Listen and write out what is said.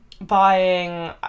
Buying